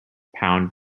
pound